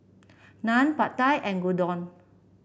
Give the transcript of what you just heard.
Naan Pad Thai and Gyudon